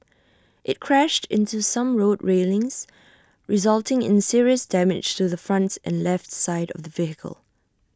IT crashed into some road railings resulting in serious damage to the front and left side of the vehicle